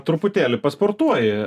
truputėlį pasportuoji